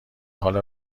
حال